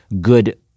good